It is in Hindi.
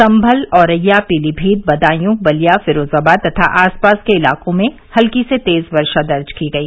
संमल औरैया पीलीमीत बदायूं बलिया फिरोजाबाद तथा आसपास के इलाकों में हल्की से तेज वर्षा दर्ज की गई